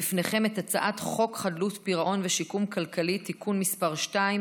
לפניכם את הצעת חוק חדלות פירעון ושיקום כלכלי (תיקון מס' 2),